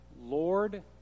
Lord